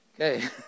Okay